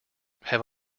have